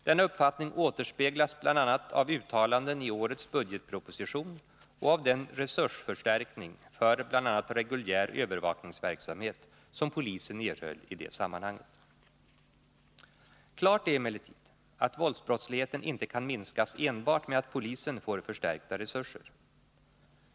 Denna uppfattning återspeglas bl.a. av uttalanden i årets budgetproposition och av den resursförstärkning för bl.a. reguljär övervakningsverksamhet som polisen erhöll i det sammanhanget. Klart är emellertid att våldsbrottsligheten inte kan minskas enbart med att polisen får förstärkta resurser.